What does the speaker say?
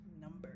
number